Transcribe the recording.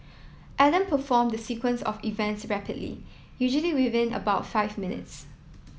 Adam performed the sequence of events rapidly usually within about five minutes